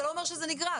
זה לא אומר שזה נגרעת,